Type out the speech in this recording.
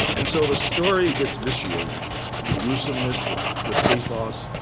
and so the story gets vitiated, the gruesomeness, the the pathos,